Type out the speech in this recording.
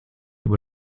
über